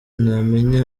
namenya